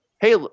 hey